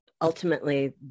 ultimately